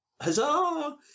Huzzah